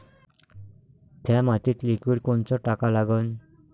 थ्या मातीत लिक्विड कोनचं टाका लागन?